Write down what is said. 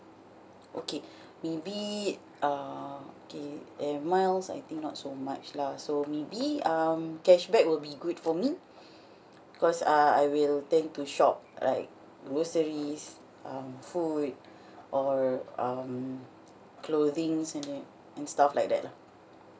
okay maybe uh okay air miles I think not so much lah so maybe um cashback will be good for me because uh I will tend to shop like groceries um food or um clothings and then and stuff like that lah